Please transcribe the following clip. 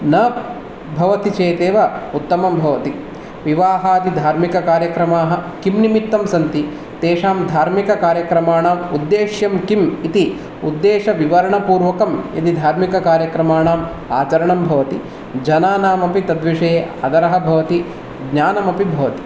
न भवति चेदेव उत्तमं भवति विवाहादिधार्मिककार्यक्रमाः किं निमित्तं सन्ति तेषां धार्मिककार्यक्रमाणाम् उद्येश्यं किम् इति उद्येशविवरणपूर्वकं यदि धार्मिककार्यक्रमाणाम् आचरणं भवति जनानामपि तद्विषये आदरः भवति ज्ञानमपि भवति